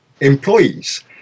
employees